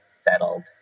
settled